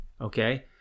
okay